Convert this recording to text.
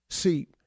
See